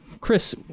Chris